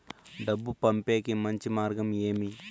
డబ్బు పంపేకి మంచి మార్గం ఏమి